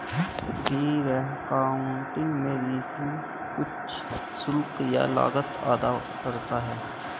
discounting में ऋणी कुछ शुल्क या लागत अदा करता है